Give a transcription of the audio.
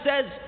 says